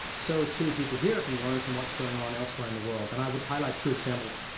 so, too, people here can learn from what's going on elsewhere in the world. and i would highlight two examples.